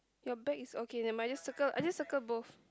your bag is okay never mind just circle I just circle both